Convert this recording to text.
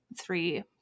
three